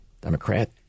Democrat